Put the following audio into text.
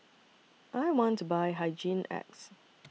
I want to Buy Hygin X